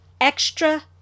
extra